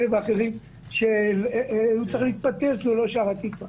שהוא צריך להתפטר כי הוא לא שר התקווה.